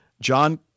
John